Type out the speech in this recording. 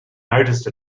noticed